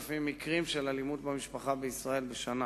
מקרים של אלימות במשפחה בישראל בשנה,